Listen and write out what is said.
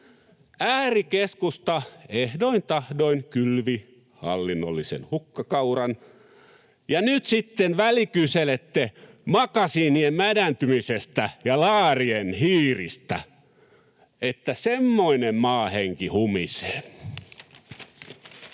Äärikeskusta ehdoin tahdoin kylvi hallinnollisen hukkakauran, ja nyt sitten välikyselette makasiinien mädäntymisestä ja laarien hiiristä. Että semmoinen maahenki humisee.